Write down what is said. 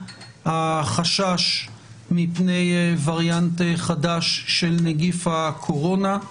החשש מפני וריאנט חדש של נגיף הקורונה.